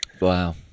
Wow